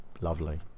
lovely